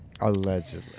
Allegedly